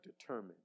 determined